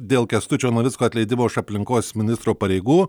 dėl kęstučio navicko atleidimo iš aplinkos ministro pareigų